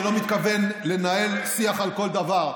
אני לא מתכוון לנהל שיח על כל דבר.